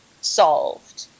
solved